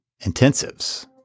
Intensives